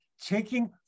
taking